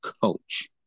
coach